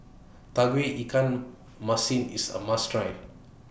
Tauge Ikan Masin IS A must Try